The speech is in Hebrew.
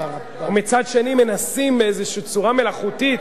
ומצד שני מנסים באיזושהי צורה מלאכותית,